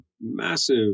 massive